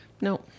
No